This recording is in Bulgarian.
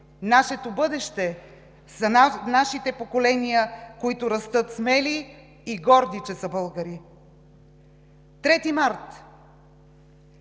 Нашето бъдеще са нашите поколения, които растат смели и горди, че са българи. Трети